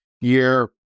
year